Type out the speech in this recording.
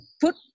put